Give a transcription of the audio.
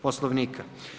Poslovnika.